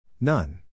None